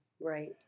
Right